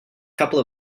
couple